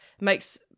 makes